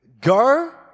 go